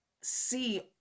see